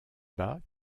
bas